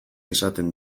esaten